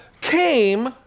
came